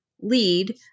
lead